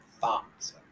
thoughts